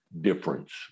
difference